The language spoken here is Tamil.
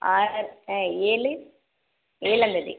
ஆறு ஆ ஏழு ஏழாந்தேதி